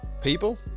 People